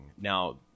Now